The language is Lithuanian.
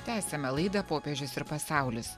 tęsiame laidą popiežius ir pasaulis